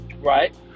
right